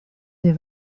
des